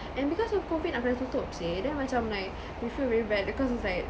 and because of COVID cafe dah tutup seh then macam like we feel very bad because it's like